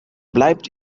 bleibt